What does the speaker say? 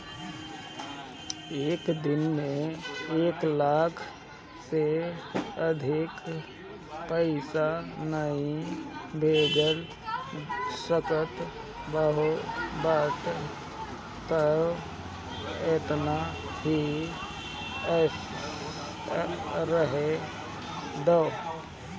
एक दिन में एक लाख से अधिका पईसा नाइ भेजे चाहत बाटअ तअ एतना ही रहे दअ